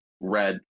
red